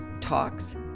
talks